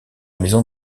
maison